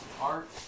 art